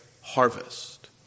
harvest